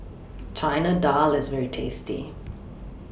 Chana Dal IS very tasty